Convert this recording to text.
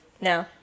No